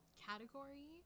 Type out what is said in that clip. category